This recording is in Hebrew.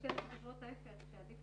פחות אנשים חדשים